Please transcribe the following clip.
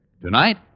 Tonight